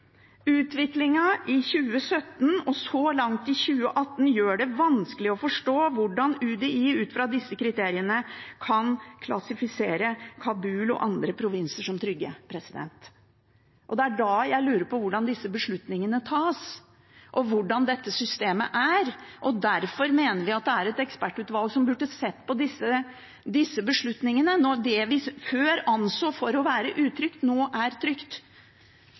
i 2017 og så langt i 2018 gjør det vanskelig å forstå hvordan UDI ut fra disse kriteriene kan klassifisere Kabul og andre provinser som trygge. Det er da jeg lurer på hvordan disse beslutningene tas, og hvordan dette systemet er. Derfor mener vi at det er et ekspertutvalg som burde sett på disse beslutningene – om det vi før anså for å være utrygt, nå er trygt.